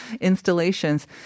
installations